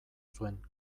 zuen